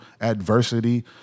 adversity